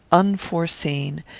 unforeseen,